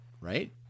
right